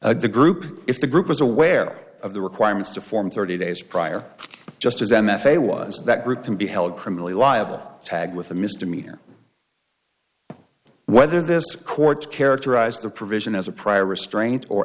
of the group if the group was aware of the requirements to form thirty days prior just as m f a was that group can be held criminally liable tagged with a misdemeanor whether this court characterized the provision as a prior restraint or